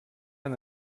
han